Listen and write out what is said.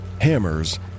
hammers